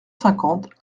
cinquante